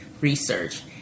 research